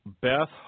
Beth